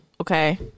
Okay